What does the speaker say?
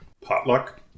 potluck